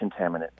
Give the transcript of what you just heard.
contaminant